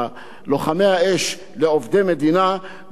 והנציב למעשה מוביל את המערך הזה.